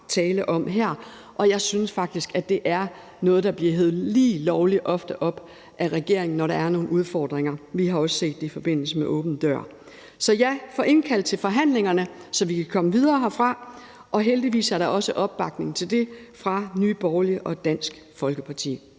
tale om her. Og jeg synes faktisk, det er noget, der lige lovlig ofte bliver hevet op af regeringen, når der er nogle udfordringer. Vi har også set det i forbindelse med åben dør. Så få indkaldt til forhandlingerne, så vi kan komme videre herfra, og heldigvis er der også opbakning til det fra Nye Borgerlige og Dansk Folkeparti.